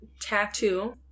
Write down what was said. tattoo